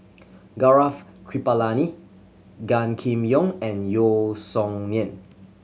Gaurav Kripalani Gan Kim Yong and Yeo Song Nian